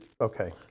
okay